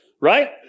right